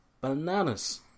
bananas